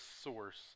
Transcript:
source